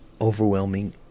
Overwhelming